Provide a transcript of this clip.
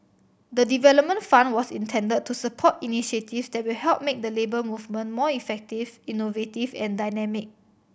the development fund was intended to support initiatives that will help make the Labour Movement more effective innovative and dynamic